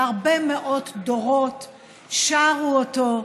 והרבה מאוד דורות שרו אותו,